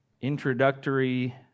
introductory